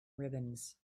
ribbons